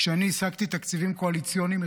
כשאני השגתי תקציבים קואליציוניים,